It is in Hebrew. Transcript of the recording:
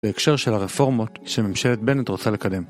בהקשר של הרפורמות שממשלת בנט רוצה לקדם